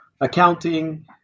accounting